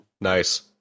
Nice